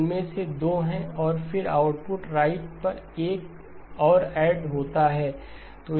उनमें से 2 हैं और फिर आउटपुट राइट पर 1 और ऐड है